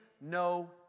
no